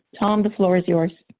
tom, the floor is yours.